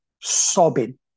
sobbing